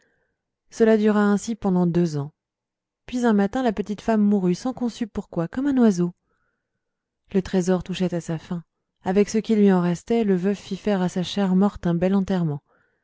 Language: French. cela dura ainsi pendant deux ans puis un matin la petite femme mourut sans qu'on sût pourquoi comme un oiseau le trésor touchait à sa fin avec ce qui lui en restait le veuf fit faire à sa chère morte un bel enterrement